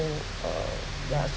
uh yeah